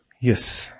Yes